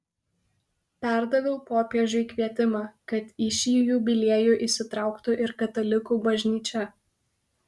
perdaviau popiežiui kvietimą kad į šį jubiliejų įsitrauktų ir katalikų bažnyčia